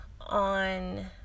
on